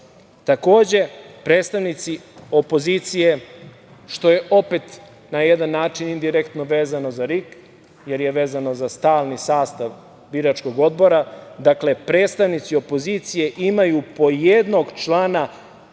glasaju. Takođe, predstavnici opozicije, što je opet na jedan način indirektno vezano za RIK, jer je vezano za stalni sastav biračkog odbora, predstavnici opozicije imaju po jednog člana,